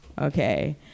okay